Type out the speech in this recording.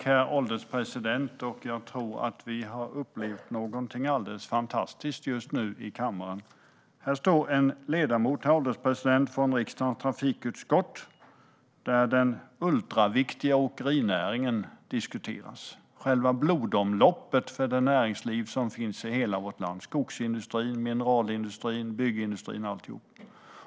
Herr ålderspresident! Jag tror att vi just nu i kammaren har upplevt något alldeles fantastiskt. Här står en ledamot från riksdagens trafikutskott, där den ultraviktiga åkerinäringen diskuteras. Åkerinäringen är själva blodomloppet för det näringsliv som finns i hela vårt land: skogsindustrin, mineralindustrin, byggindustrin och alltihop.